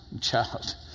child